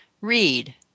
Read